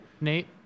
Nate